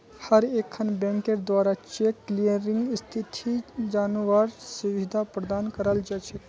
हर एकखन बैंकेर द्वारा चेक क्लियरिंग स्थिति जनवार सुविधा प्रदान कराल जा छेक